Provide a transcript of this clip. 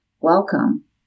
Welcome